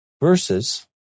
Verses